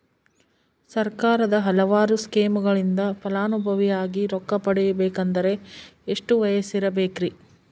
ಸರ್ಕಾರದ ಹಲವಾರು ಸ್ಕೇಮುಗಳಿಂದ ಫಲಾನುಭವಿಯಾಗಿ ರೊಕ್ಕ ಪಡಕೊಬೇಕಂದರೆ ಎಷ್ಟು ವಯಸ್ಸಿರಬೇಕ್ರಿ?